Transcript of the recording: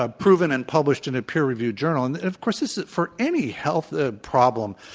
ah proven and published in a peer review journal. and, of co urse, this is for any health ah problem.